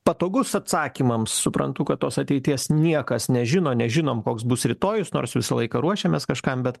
patogus atsakymams suprantu kad tos ateities niekas nežino nežinom koks bus rytojus nors visą laiką ruošiamės kažkam bet